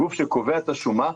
הגוף שקובע את השומה,